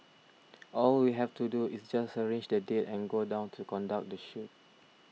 all we have to do is just arrange the date and go down to conduct the shoot